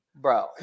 bro